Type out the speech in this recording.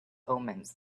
omens